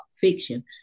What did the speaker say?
fiction